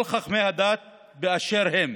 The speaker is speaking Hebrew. כל חכמי הדת באשר הם